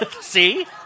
see